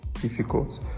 difficult